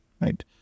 right